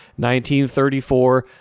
1934